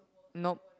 nope